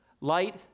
light